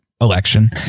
election